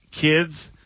kids